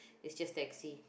it's just taxi